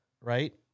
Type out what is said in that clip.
right